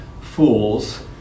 fools